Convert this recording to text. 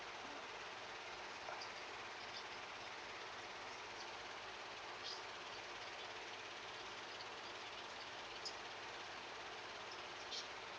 mm